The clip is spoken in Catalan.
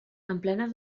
emplena